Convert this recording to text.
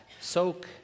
soak